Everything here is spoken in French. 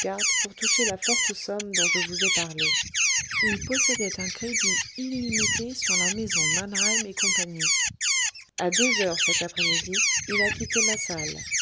pour toucher la forte somme dont je vous ai parlé il possédait un crédit illimité sur la maison mannheim et c a deux heures cette après midi il a quitté ma salle